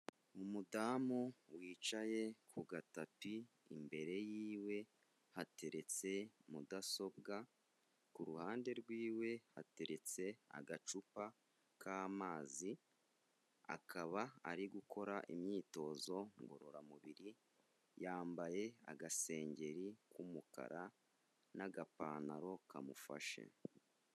Umudamu wicaye ku gatapi, imbere yiwe hateretse mudasobwa, ku ruhande rwiwe hateretse agacupa k'amazi, akaba ari gukora imyitozo ngororamubiri, yambaye agasengeri k'umukara n'agapantaro kamufashe.